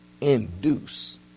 Induce